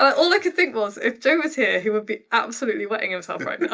all i could think was if joe was here he would be absolutely wetting himself right